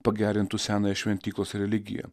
pagerintų senąją šventyklos religiją